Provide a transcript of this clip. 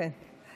כן.